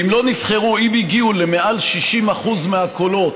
אם הגיעו, למעל 60% מהקולות,